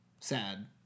sad